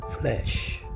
flesh